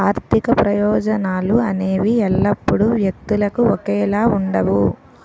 ఆర్థిక ప్రయోజనాలు అనేవి ఎల్లప్పుడూ వ్యక్తులకు ఒకేలా ఉండవు